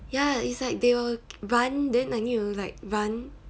ya it's like they will run then I need to like run